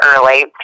early